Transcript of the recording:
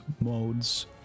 modes